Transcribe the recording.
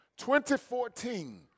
2014